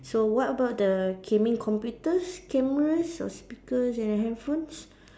so what about the gaming computers cameras or speakers and the handphones